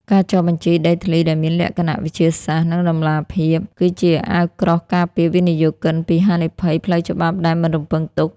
ការចុះបញ្ជីដីធ្លីដែលមានលក្ខណៈវិទ្យាសាស្ត្រ និងតម្លាភាព គឺជាអាវក្រោះការពារវិនិយោគិនពីហានិភ័យផ្លូវច្បាប់ដែលមិនរំពឹងទុក។